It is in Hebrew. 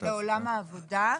כן, לעולם העבודה.